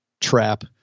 trap